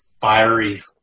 fiery